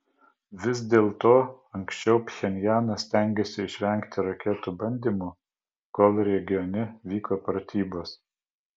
vis dėlto anksčiau pchenjanas stengėsi išvengti raketų bandymų kol regione vyko pratybos